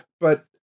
but-